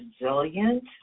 resilient